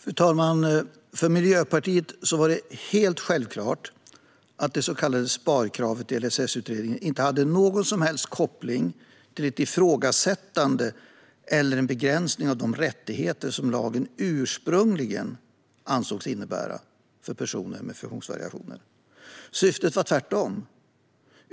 Fru talman! För Miljöpartiet var det helt självklart att det så kallade sparkravet i LSS-utredningen inte hade någon som helst koppling till ett ifrågasättande eller en begränsning av de rättigheter som lagen ursprungligen ansågs innebära för personer med funktionsvariationer. Syftet var det motsatta.